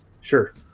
sure